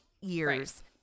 years